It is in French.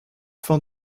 fin